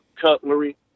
Cutlery